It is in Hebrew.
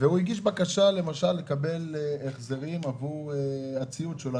הוא הגיש בקשה לקבל החזרים עבור הציוד שלו.